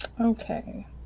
Okay